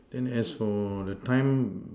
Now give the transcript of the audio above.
then as for the time